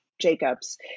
Jacobs